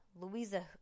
Louisa